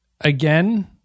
Again